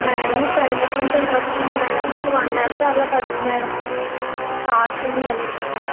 madam ఇప్పుడైతే కొంచెం కష్టం మేడం ఒక వన్ అవర్ అలా పడుతుంది మేడం కార్స్ ఏమి అవైలబుల్గా